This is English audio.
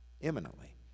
imminently